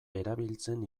erabiltzen